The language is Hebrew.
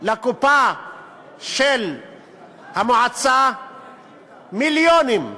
לקופה של המועצה מיליונים.